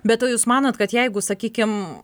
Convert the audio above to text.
be to jūs manot kad jeigu sakykim